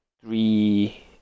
three